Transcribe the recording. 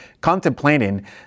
contemplating